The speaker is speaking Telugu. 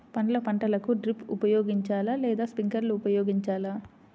పండ్ల పంటలకు డ్రిప్ ఉపయోగించాలా లేదా స్ప్రింక్లర్ ఉపయోగించాలా?